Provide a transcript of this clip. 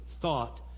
thought